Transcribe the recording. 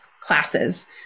classes